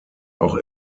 auch